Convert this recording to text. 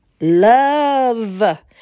Love